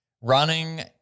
running